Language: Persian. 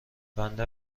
بنده